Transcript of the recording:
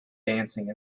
dancing